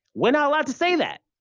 we're not allowed to say that.